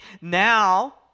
now